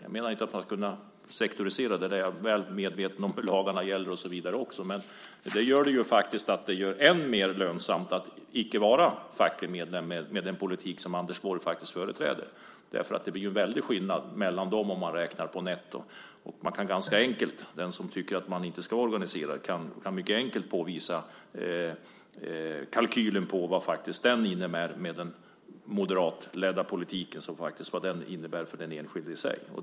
Jag menar inte att man ska sektorisera det. Jag är väl medveten om vilka lagar som gäller, och så vidare. Men det gör det faktiskt än mer lönsamt att icke vara facklig medlem med den politik som Anders Borg faktiskt företräder. Det blir en väldig skillnad mellan människor om man räknar på netto. Den som tycker att människor inte ska vara organiserade kan mycket enkelt påvisa kalkylen för vad den moderatledda politiken innebär för den enskilde.